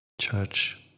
Church